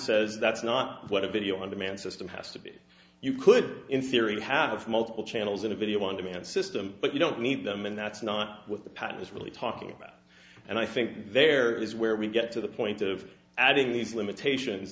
says that's not what a video on demand system has to be you could in theory have multiple channels in a video on demand system but you don't need them and that's not what the patent is really talking about and i think there is where we get to the point of adding these limitations